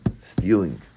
stealing